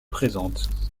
présentes